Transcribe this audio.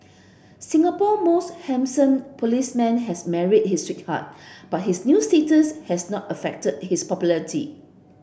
Singapore most handsome policeman has married his sweetheart but his new status has not affected his popularity